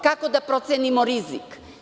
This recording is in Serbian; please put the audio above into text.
Kako da procenimo rizik?